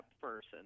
person